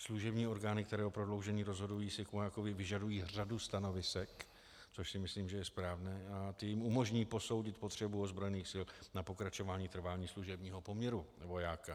Služební orgány, které o prodloužení rozhodují, si k vojákovi vyžadují řadu stanovisek, což si myslím, že je správné, a ta jim umožní posoudit potřebu ozbrojených sil na pokračování trvání služebního poměru vojáka.